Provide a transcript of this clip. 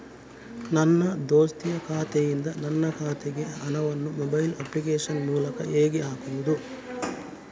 ನನ್ನ ದೋಸ್ತಿಯ ಖಾತೆಯಿಂದ ನನ್ನ ಖಾತೆಗೆ ಹಣವನ್ನು ಮೊಬೈಲ್ ಅಪ್ಲಿಕೇಶನ್ ಮೂಲಕ ಹೇಗೆ ಹಾಕುವುದು?